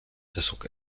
druck